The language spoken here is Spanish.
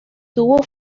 tuvo